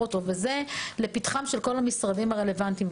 אותו וזה לפתחם של כל המשרדים הרלוונטיים.